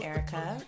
Erica